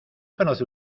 conoce